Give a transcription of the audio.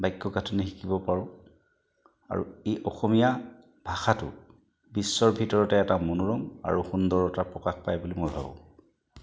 বাক্য গাঠনি শিকিব পাৰোঁ আৰু ই অসমীয়া ভাষাটো বিশ্বৰ ভিতৰতে এটা মনোৰম আৰু সুন্দৰতা প্ৰকাশ পায় বুলি মই ভাবোঁ